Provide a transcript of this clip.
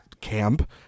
camp